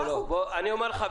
אני אומר לך,